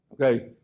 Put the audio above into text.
Okay